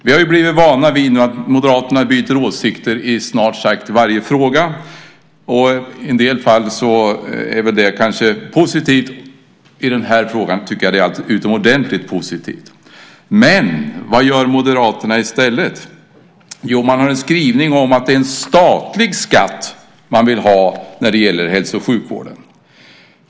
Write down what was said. Vi är nu vana vid att Moderaterna byter åsikt i snart sagt varje fråga. I en del fall är det kanske positivt. I den här frågan tycker jag att det är utomordentligt positivt. Vad gör Moderaterna i stället? Jo, man har en skrivning om att man vill ha en statlig skatt när det gäller hälso och sjukvården.